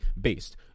based